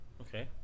Okay